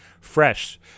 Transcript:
fresh